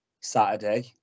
Saturday